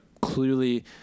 clearly –